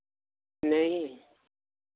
नहीं